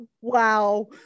Wow